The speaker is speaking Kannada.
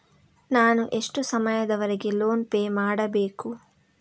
ನಾನು ಎಷ್ಟು ಸಮಯದವರೆಗೆ ಲೋನ್ ಪೇ ಮಾಡಬೇಕು?